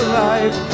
life